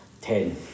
ten